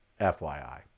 FYI